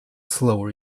slower